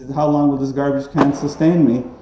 how long will this garbage can sustain me,